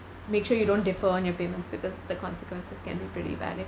make sure you don't defer on your payments because the consequences can be pretty bad